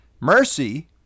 Mercy